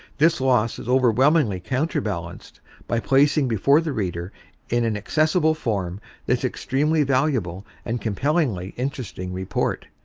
this loss is overwhelmingly counter-balanced by placing before the reader in an accessible form this extremely valuable and compellingly interesting report,